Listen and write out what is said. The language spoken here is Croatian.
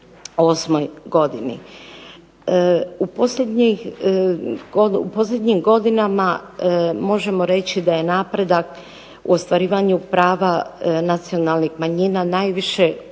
U posljednjih godinama možemo reći da je napredak u ostvarivanju prava nacionalnih manjina najviše uočljiv